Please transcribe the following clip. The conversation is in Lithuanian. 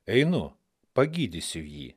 einu pagydysiu jį